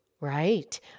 Right